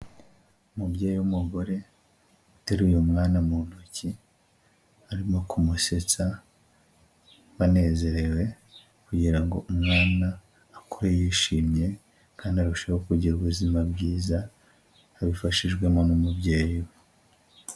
Umubyeyi w'umugore uteruye umwana mu ntoki arimo kumusetsa banezerewe kugira ngo umwana akure yishimye kandi arusheho kugira ubuzima bwiza abifashijwemo n'umubyeyi we.